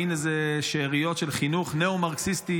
מין איזה שאריות של חינוך ניאו-מרקסיסטי